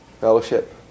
fellowship